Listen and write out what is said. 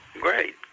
Great